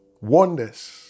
wonders